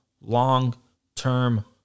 Long-term